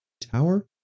tower